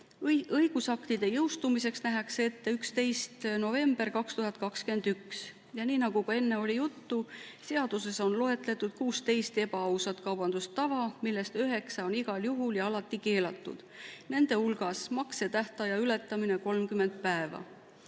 Õigusakti jõustumise ajaks nähakse ette 1. november 2021. Nii nagu ka enne oli juttu, seaduses on loetletud 16 ebaausat kaubandustava, millest üheksa on igal juhul ja alati keelatud, nende hulgas maksetähtaja ületamine 30 päeva